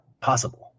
possible